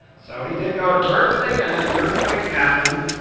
so he did go to berkeley, and then the earthquake happened.